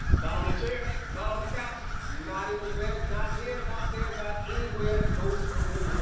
not on a chair, not on the couch, not in the bed. not here, not there, not anywhere. no spooning